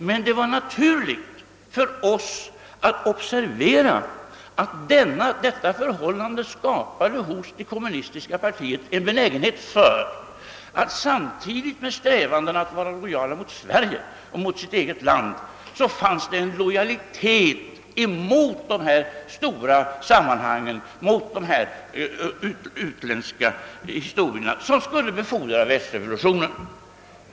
Men det var naturligt för oss att observera att detta förhållande skapade hos det kommunistiska partiet en benägenhet för att samtidigt med strävandena att vara lojalt mot Sverige och mot sitt eget land även visa lojalitet mot dessa större sammanhang, mot de utländska intressen som skulle befordra världsrevolutionen.